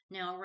Now